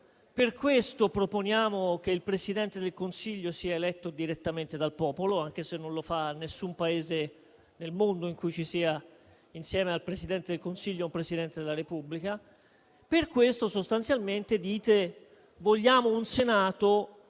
per questo proponiamo che il Presidente del Consiglio sia eletto direttamente dal popolo", anche se non lo fa nessun Paese nel mondo in cui ci sia, insieme al Presidente del Consiglio, un Presidente della Repubblica. Per questo sostanzialmente dite: «Vogliamo un Senato